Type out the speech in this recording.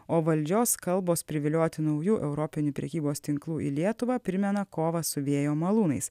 o valdžios kalbos privilioti naujų europinių prekybos tinklų į lietuvą primena kovą su vėjo malūnais